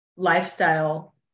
lifestyle